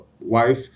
wife